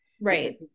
Right